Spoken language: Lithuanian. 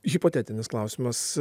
hipotetinis klausimas